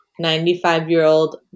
95-year-old